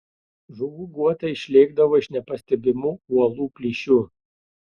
žuvų guotai išlėkdavo iš nepastebimų uolų plyšių